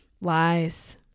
Lies